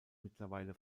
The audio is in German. mittlerweile